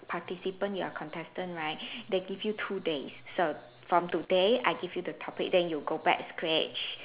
participant you are contestant right they give you two days so from today I give you the topic then you go back sketch